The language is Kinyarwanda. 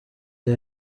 rya